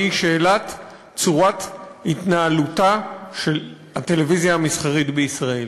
והיא שאלת צורת התנהלותה של הטלוויזיה המסחרית בישראל.